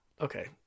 okay